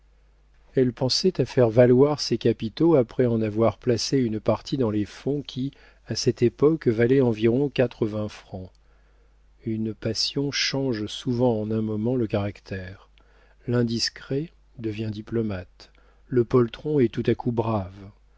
elle pensait à faire valoir ses capitaux après en avoir placé une partie dans les fonds qui à cette époque valaient environ quatre-vingts francs une passion change souvent en un moment le caractère l'indiscret devient diplomate le poltron est tout à coup brave